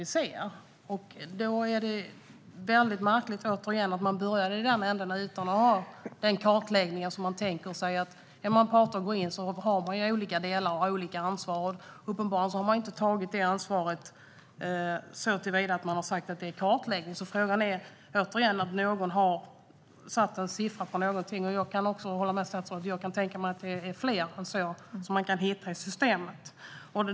Det är, återigen, mycket märkligt att man började i den änden utan att ha den kartläggning som man tänker sig ska finnas när olika parter går in och har ansvar för olika delar. Uppenbarligen har man inte tagit det ansvaret såtillvida att man har sagt att det handlar om en kartläggning. Någon har alltså satt en siffra på någonting, och jag kan hålla med statsrådet och kan tänka mig att man kan hitta fler än så i systemet.